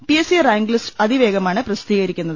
P S C rank list അതിവേഗമാണ് പ്രസിദ്ധീകരിക്കുന്നത്